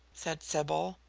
said sybil.